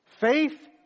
Faith